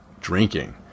drinking